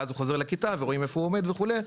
ואז הוא חוזר לכיתה ורואים איפה הוא עומד וכולי.